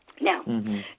Now